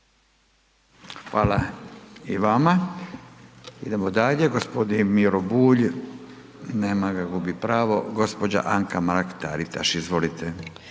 Hvala i vama. Idemo dalje, g. Miro Bulj, nema ga, gubi pravo. Gđa. Anka Mrak Taritaš, izvolite.